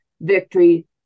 victory